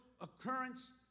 occurrence